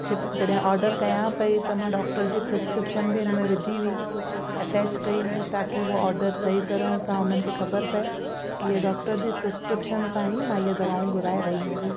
जॾहिं ऑडर कयां पई त मां डॉक्टर जी प्रिस्क्रिप्शन बि हिन में विधी हुई अटैच कई हुई ताकी उहो ऑडर सही तरह सां उन्हनि खे ख़बर पए कि हे डॉक्टर जी प्रिस्क्रिप्शन सां ई मां ईअं दवाऊं घुराए रही आहियां